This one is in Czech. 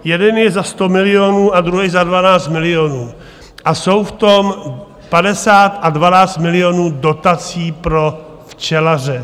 Jeden je za 100 milionů a druhý za 12 milionů a je v tom 50 a 12 milionů dotací pro včelaře.